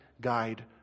guide